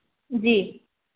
जी